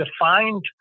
defined